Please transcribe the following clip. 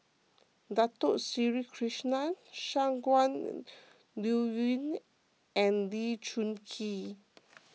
Dato Sri Krishna Shangguan Liuyun and Lee Choon Kee